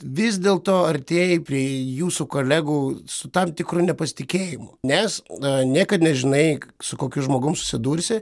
vis dėlto artėji prie jūsų kolegų su tam tikru nepasitikėjimu nes na niekad nežinai su kokiu žmogum susidursi